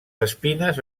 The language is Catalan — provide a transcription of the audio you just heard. espines